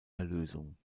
erlösung